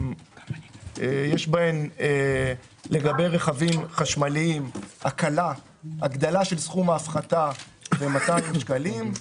יש בהם לגבי רכבים חשמליים הגדלה של סכום ההפחתה ל-200 שקלים,